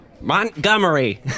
Montgomery